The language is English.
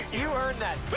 you earned that.